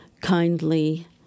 kindly